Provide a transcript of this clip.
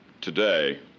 Today